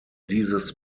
dieses